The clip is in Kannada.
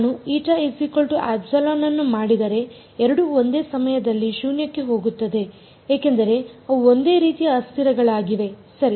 ನಾನು η＝ε ಅನ್ನು ಮಾಡಿದರೆ ಎರಡೂ ಒಂದೇ ಸಮಯದಲ್ಲಿ ಶೂನ್ಯಕ್ಕೆ ಹೋಗುತ್ತವೆ ಏಕೆಂದರೆ ಅವು ಒಂದೇ ರೀತಿಯ ಅಸ್ಥಿರಗಳಾಗಿವೆ ಸರಿ